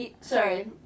sorry